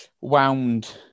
wound